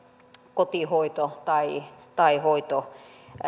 kotihoito tai tai hoito